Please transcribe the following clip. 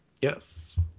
Yes